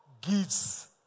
gives